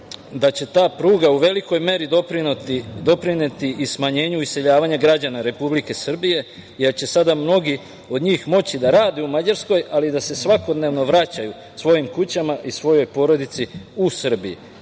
da će ta pruga u velikoj meri doprineti i smanjenju iseljavanja građana Republike Srbije, jer će sada mnogi od njih moći da rade u Mađarskoj, ali da se svakodnevno vraćaju svojim kućama i svojoj porodici u Srbiji,